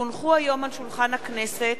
כי הונחו היום על שולחן הכנסת,